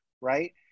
right